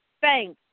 thanks